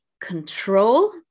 control